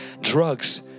drugs